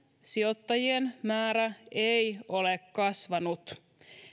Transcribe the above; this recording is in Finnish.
sijoittajien määrä ei ole kasvanut